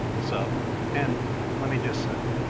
so and let me just say,